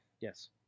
Yes